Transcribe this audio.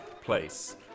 place